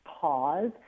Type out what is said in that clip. pause